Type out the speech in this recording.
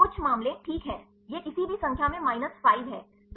कुछ मामले ठीक हैं यह किसी भी संख्या में माइनस 5 है